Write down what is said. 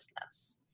business